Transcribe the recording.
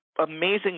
Amazing